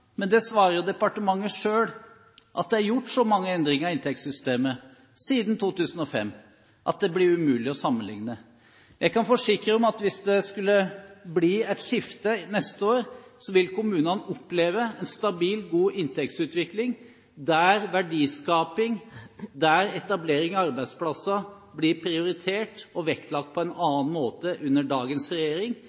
Men departementet svarer selv at det er gjort så mange endringer i inntektssystemet siden 2005 at det blir umulig å sammenligne. Jeg kan forsikre om at hvis det skulle bli et skifte neste år, vil kommunene oppleve en stabil, god inntektsutvikling der verdiskaping og etablering av arbeidsplasser blir prioritert og vektlagt på en annen måte enn under dagens regjering.